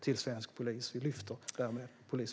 Vi lyfter därmed fram polisverksamheten.